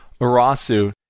Urasu